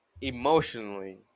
emotionally